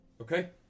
Okay